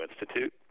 Institute